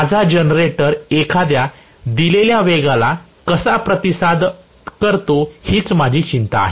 माझा जनरेटर एखाद्या दिलेल्या वेगाला कसा प्रतिसाद करतो हीच माझी चिंता आहे